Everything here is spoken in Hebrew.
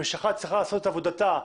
המשטרה צריכה לעשות את עבודתה,